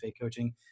Coaching